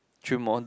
dream on